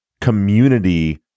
community